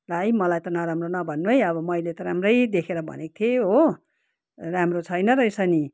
ला है मलाई त नराम्रो नभन्नु है अब मैले त राम्रै देखेर भनेको थिएँ हो राम्रो छैन रहेछ नि